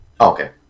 Okay